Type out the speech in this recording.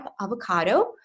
avocado